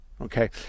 Okay